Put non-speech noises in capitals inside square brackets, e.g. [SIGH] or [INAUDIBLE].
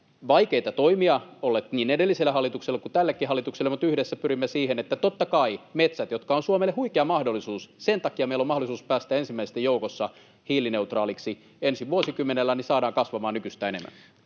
vaikeita toimia olleet niin edellisellä hallituksella kuin tälläkin hallituksella, mutta yhdessä pyrimme siihen, totta kai, että metsät, jotka ovat Suomelle huikea mahdollisuus — ja sen takia meillä on mahdollisuus päästä ensimmäisten joukossa hiilineutraaliksi ensi vuosikymmenellä — [NOISE] saadaan kasvamaan nykyistä enemmän.